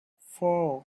four